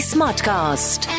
Smartcast